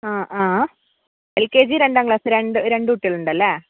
ആ ആ L K ജിയും രണ്ടാം ക്ലാസും രണ്ട് രണ്ട് കുട്ടികൾ ഉണ്ട് അല്ലേ